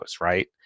right